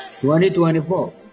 2024